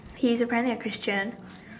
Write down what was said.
he is apparently a Christian